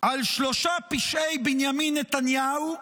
על שלושה פשעי בנימין נתניהו,